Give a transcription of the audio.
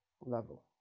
level